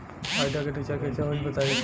Idea के recharge कइसे होई बताईं?